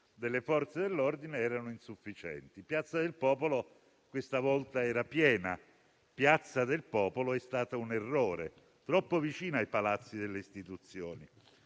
delle Forze dell'ordine erano insufficienti. Piazza del Popolo questa volta era piena. Piazza del Popolo è stato un errore: troppo vicina ai palazzi delle istituzioni.